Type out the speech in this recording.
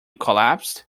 collapsed